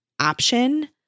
option